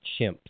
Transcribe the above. chimps